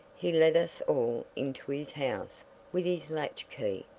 he let us all into his house with his latch-key,